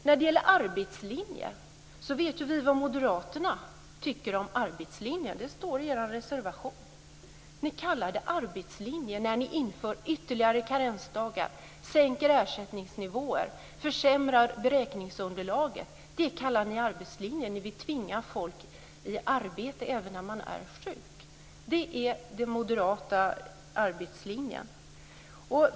När det gäller arbetslinjen vet vi vad moderaterna tycker. Det står i er reservation. Ni kallar det arbetslinje när ni inför ytterligare karensdagar, sänker ersättningsnivåer, försämrar beräkningsunderlaget. Ni vill tvinga folk i arbete även om man är sjuk. Det är den moderata arbetslinjen.